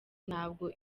ntabwo